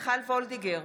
מיכל וולדיגר,